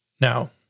Now